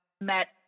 met